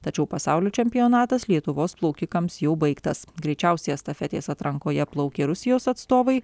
tačiau pasaulio čempionatas lietuvos plaukikams jau baigtas greičiausiai estafetės atrankoje plaukė rusijos atstovai